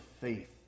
faith